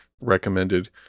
recommended